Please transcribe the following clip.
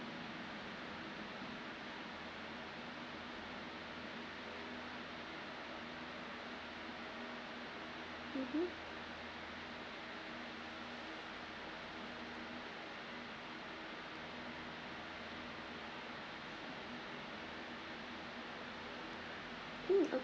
mmhmm mm